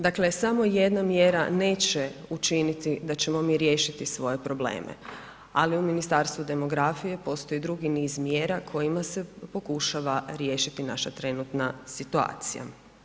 Dakle samo jedna mjera neće učiniti da ćemo mi riješiti svoje probleme, ali u Ministarstvu demografije postoji drugi niz mjera kojima se pokušava riješiti naša trenutna situacija.